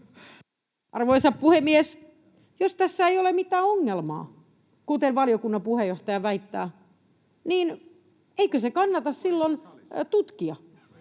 Arvoisa puhemies! Jos tässä ei ole mitään ongelmaa, kuten valiokunnan puheenjohtaja väittää, niin eikö se kannata silloin tutkia?